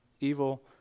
evil